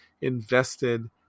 invested